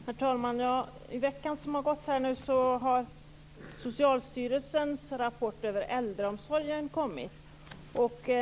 Herr talman! I veckan som gick har Socialstyrelsens rapport över äldreomsorgen kommit.